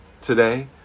today